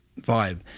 vibe